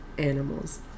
animals